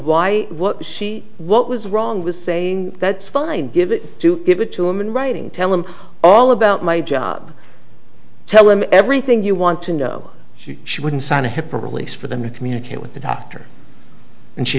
why what she what was wrong with saying that's fine give it to give it to him in writing tell him all about my job tell him everything you want to know she she wouldn't sign a hipper release for them to communicate with the doctor and she